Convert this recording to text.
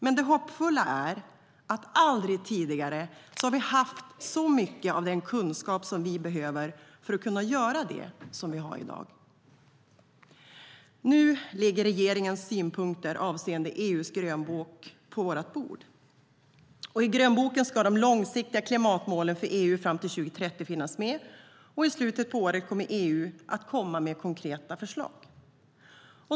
Men det hoppfulla är att vi aldrig tidigare har haft så mycket av den kunskap vi behöver för att kunna göra detta. Nu ligger regeringens synpunkter avseende EU:s grönbok på vårt bord. I grönboken ska de långsiktiga klimatmålen för EU fram till 2030 finnas med, och i slutet av året kommer EU att komma med konkreta förslag.